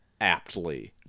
aptly